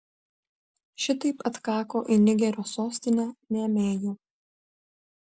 šitaip atkako į nigerio sostinę niamėjų